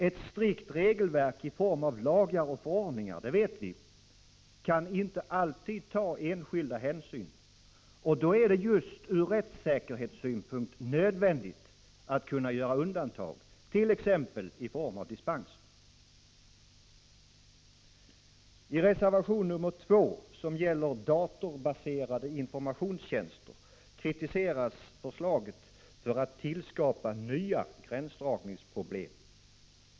Ett strikt regelverk i form av lagar och förordningar — det vet vi — kan inte alltid ta enskilda hänsyn och då är det just ur rättssäkerhetssynpunkt nödvändigt att kunna göra undantag, t.ex. i form av dispenser. I reservation 2, som gäller datorbaserade informationstjänster, kritiseras förslaget för att skapa nya gränsdragningsproblem.